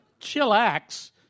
Chillax